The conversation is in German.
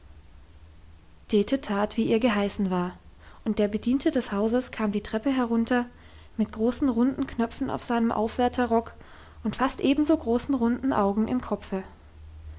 dete tat wie ihr geheißen war und der bediente des hauses kam die treppe herunter mit großen runden knöpfen auf seinem aufwärterrock und fast ebenso großen runden augen im kopfe